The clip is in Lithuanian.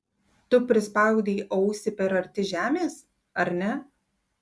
tu prispaudei ausį per arti žemės ar ne